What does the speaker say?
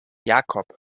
jakob